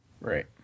Right